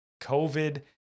COVID